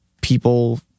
people